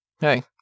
hey